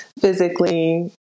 physically